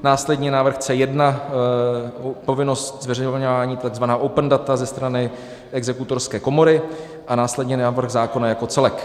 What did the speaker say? Následně návrh C1, povinnost zveřejňování, takzvaná open data ze strany exekutorské komory, a následně návrh zákona jako celek.